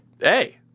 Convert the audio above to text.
Hey